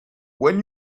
when